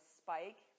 spike